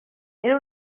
era